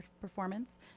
performance